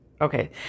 Okay